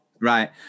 Right